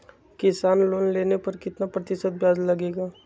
किसान लोन लेने पर कितना प्रतिशत ब्याज लगेगा?